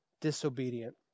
disobedient